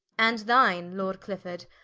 and thine, lord clifford,